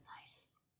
Nice